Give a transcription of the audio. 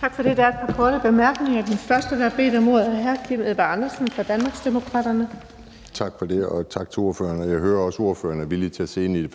Tak for det. Der er et par korte bemærkninger. Den første, der har bedt om ordet, er hr. Kim Edberg Andersen fra Danmarksdemokraterne. Kl. 17:07 Kim Edberg Andersen (DD): Tak for det, og tak til ordføreren. Jeg hører også, at ordføreren er villig til at se ind i det,